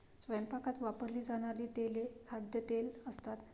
स्वयंपाकात वापरली जाणारी तेले खाद्यतेल असतात